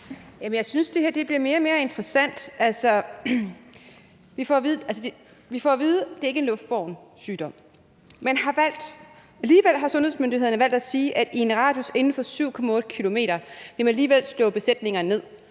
Jeg synes, det her bliver mere og mere interessant. Vi får at vide, at det ikke er en luftbåren sygdom. Alligevel har sundhedsmyndighederne valgt at sige, at inden for en radius af 7,8 km vil man alligevel slå besætninger ned.